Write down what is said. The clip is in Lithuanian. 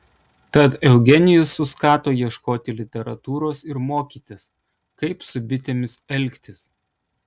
tad eugenijus suskato ieškoti literatūros ir mokytis kaip su bitėmis elgtis